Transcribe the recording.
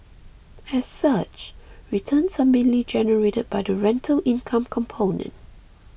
as such returns are mainly generated by the rental income component